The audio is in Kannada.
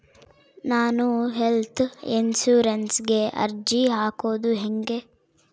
ನಾನು ಹೆಲ್ತ್ ಇನ್ಸುರೆನ್ಸಿಗೆ ಅರ್ಜಿ ಹಾಕದು ಹೆಂಗ?